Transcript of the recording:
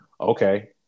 okay